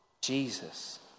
Jesus